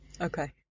Okay